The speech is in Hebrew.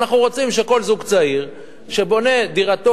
אנחנו רוצים שכל זוג צעיר שבונה את דירתו